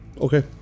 Okay